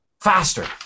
faster